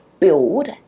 build